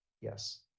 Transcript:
Yes